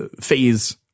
phase